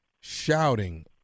shouting